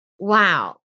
Wow